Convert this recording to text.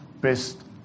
best